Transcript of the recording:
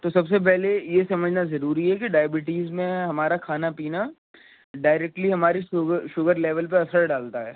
تو سب سے پہلے یہ سمجھنا ضروری ہے کہ ڈائبٹیز میں ہمارا کھانا پینا ڈائریکٹلی ہماری شوگر شوگر لیول پہ اثر ڈالتا ہے